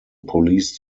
police